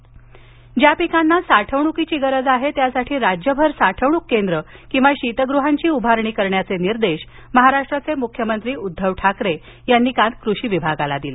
मुख्यमंत्री ज्या पिकांना साठवणूकीची गरज आहे त्यासाठी राज्यभर साठवणूक केंद्र किंवा शीतगृहांची उभारणी करण्याचे निर्देश महाराष्ट्राचे मुख्यमंत्री उद्धव ठाकरे यांनी काल कृषी विभागाला दिले